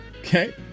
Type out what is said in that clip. Okay